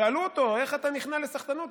שאלו אותו: איך אתה נכנע לסחטנות?